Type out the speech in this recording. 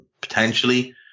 potentially